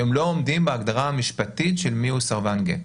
שהם לא עומדים בהגדרה המשפטית של מי הוא סרבן גט.